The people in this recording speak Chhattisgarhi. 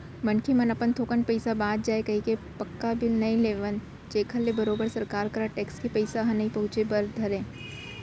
मनखे मन अपन थोकन पइसा बांच जाय कहिके पक्का बिल नइ लेवन जेखर ले बरोबर सरकार करा टेक्स के पइसा ह नइ पहुंचय बर धरय